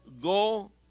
go